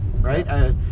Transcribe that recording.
right